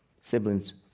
siblings